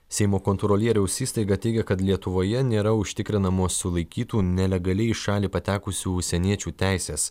seimo kontrolieriaus įstaiga teigia kad lietuvoje nėra užtikrinamos sulaikytų nelegaliai į šalį patekusių užsieniečių teisės